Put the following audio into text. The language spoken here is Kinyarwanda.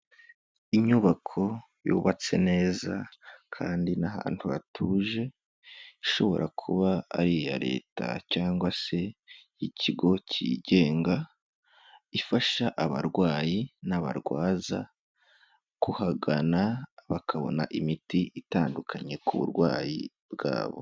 Inyubako yubatse neza kandi ni ahantu hatuje, ishobora kuba ari iya Leta cyangwa se ikigo kigenga, ifasha abarwayi n'abarwaza kuhagana bakabona imiti itandukanye ku burwayi bwabo.